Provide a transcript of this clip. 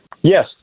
Yes